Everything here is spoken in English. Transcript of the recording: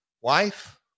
wife